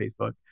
Facebook